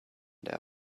der